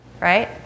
Right